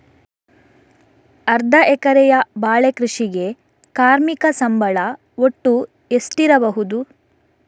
ಅರ್ಧ ಎಕರೆಯ ಬಾಳೆ ಕೃಷಿಗೆ ಕಾರ್ಮಿಕ ಸಂಬಳ ಒಟ್ಟು ಎಷ್ಟಿರಬಹುದು?